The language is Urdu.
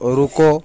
رکو